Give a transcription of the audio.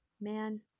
man